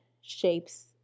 shapes